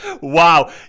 wow